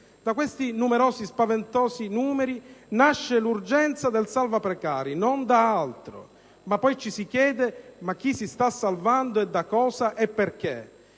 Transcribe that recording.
Da questi numeri spaventosi nasce l'urgenza del salva precari, non da altro! Ma poi ci si chiede: ma chi si sta salvando, e da cosa? Ee perché?